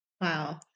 Wow